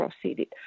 proceeded